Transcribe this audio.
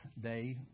day